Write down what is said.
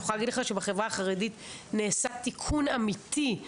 אני יכולה להגיד לך שבחברה החרדית נעשה תיקון אמיתי,